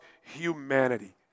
humanity